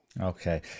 Okay